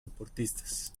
deportistas